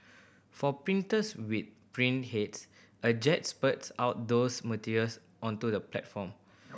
for printers with print heads a jet spurts out those materials onto the platform